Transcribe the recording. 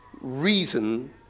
reason